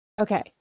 okay